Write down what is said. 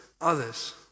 others